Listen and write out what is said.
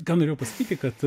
ką norėjau pasakyti kad